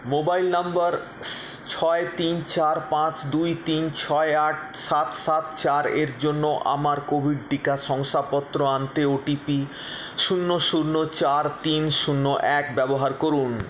mobile নম্বর ছয় তিন চার পাঁচ দুই তিন ছয় আট সাত সাত চারের জন্য আমার কোভিড টিকা শংসাপত্র আনতে ওটিপি শূন্য শূন্য চার তিন শূন্য এক ব্যবহার করুন